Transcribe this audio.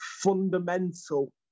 fundamental